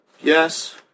Yes